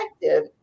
effective